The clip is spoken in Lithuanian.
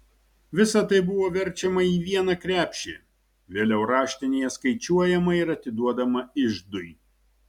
visa tai buvo verčiama į vieną krepšį vėliau raštinėje skaičiuojama ir atiduodama iždui